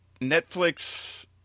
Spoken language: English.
Netflix